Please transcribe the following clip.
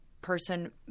person